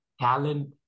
talent